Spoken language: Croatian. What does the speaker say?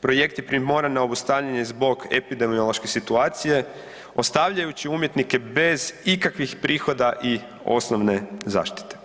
projekt je primoran na obustavljanje zbog epidemiološke situacije ostavljajući umjetnike bez ikakvih prihoda i osnovne zaštite.